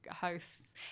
hosts